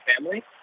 family